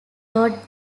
road